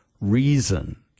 reason